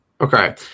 Okay